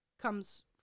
comes